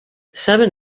seven